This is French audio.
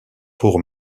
pour